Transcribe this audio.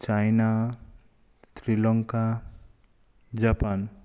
China Sri Lanka Japan